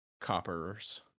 coppers